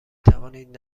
توانید